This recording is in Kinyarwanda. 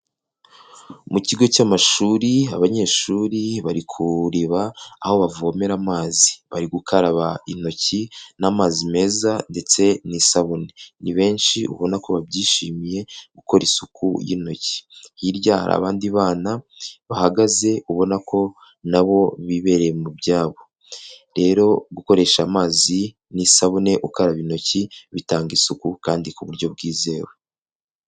Mu kigo cy'amashuri abanyeshuri bari ku iriba aho bavomera amazi, bari gukaraba intoki n'amazi meza ndetse n'isabune, ni benshi ubona ko babyishimiye gukora isuku y'intoki, hirya hari abandi bana bahagaze ubona ko nabo bibereye mu byabo. Rero gukoresha amazi n'isabune ukaraba intoki bitanga isuku kandi ku buryo bwizewe.